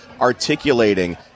articulating